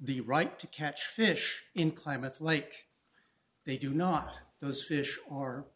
the right to catch fish in climates like they do not those fish are